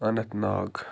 Anant Nag